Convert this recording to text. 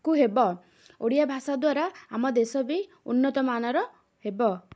କୁ ହେବ ଓଡ଼ିଆ ଭାଷା ଦ୍ୱାରା ଆମ ଦେଶ ବି ଉନ୍ନତମାନର ହେବ